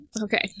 Okay